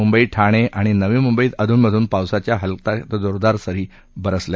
मुंबई ठाणे आणि नवी मुंबईत अधून मधून पावसाच्या हलक्या ते जोरदार सरी बरसल्या